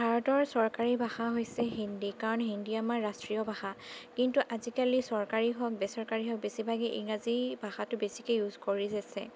ভাৰতৰ চৰকাৰী ভাষা হৈছে হিন্দী কাৰণ হিন্দী আমাৰ ৰাষ্ট্ৰীয় ভাষা কিন্তু আজিকালি চৰকাৰী হওক বেচৰকাৰী হওক বেছিভাগেই ইংৰাজী ভাষাটো বেছিকে ইউজ কৰি আছে